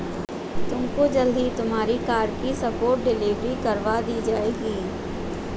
तुमको जल्द ही तुम्हारी कार की स्पॉट डिलीवरी करवा दी जाएगी